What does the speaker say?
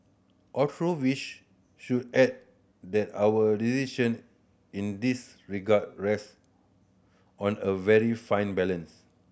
although wish should add that our decision in this regard rest on a very fine balance